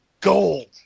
gold